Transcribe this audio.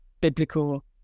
biblical